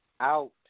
out